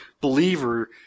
believer